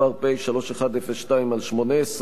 פ/3102/18,